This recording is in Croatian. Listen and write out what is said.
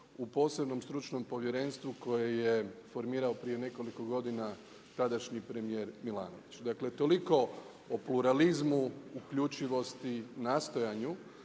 u posebnom stručnom povjerenstvu koje je formirao prije nekoliko godina tadašnji premijer Milanović. Dakle o pluralizmu, uključivosti, nastojanju